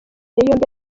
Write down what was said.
yombi